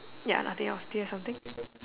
ya nothing else do you have something